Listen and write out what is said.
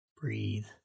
Breathe